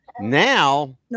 Now